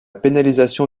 pénalisation